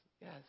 yes